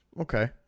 Okay